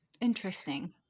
Interesting